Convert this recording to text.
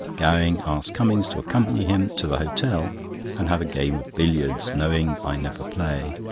gowing asked cummings to accompany him to the hotel and have a game of billiards, knowing i never play,